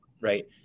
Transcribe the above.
right